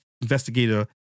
investigator